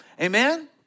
Amen